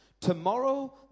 Tomorrow